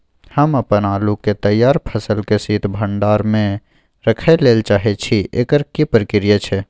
हम अपन आलू के तैयार फसल के शीत भंडार में रखै लेल चाहे छी, एकर की प्रक्रिया छै?